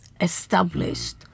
established